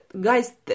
Guys